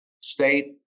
state